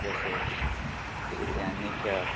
जशें शिल्ल्यांनी खेळप